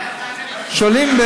שואלים,